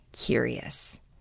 curious